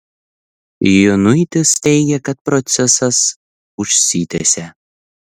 jonuitis teigia kad procesas užsitęsė